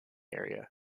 area